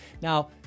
Now